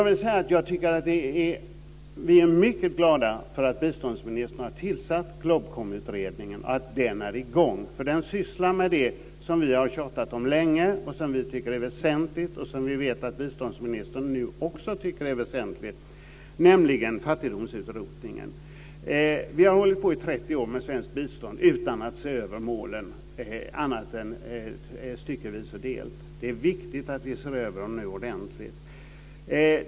Vi är mycket glada att biståndsministern har tillsatt GLOBKOM-utredningen och att den är i gång. Den sysslar med det som vi har tjatat om länge, som vi tycker är väsentligt och som vi nu vet att biståndsministern också tycker är väsentligt, nämligen fattigdomsutrotningen. Vi har nu hållit på i 30 år med svenskt bistånd utan att se över målen annat än styckevis och delt. Det är viktigt att vi nu ser över dem ordentligt.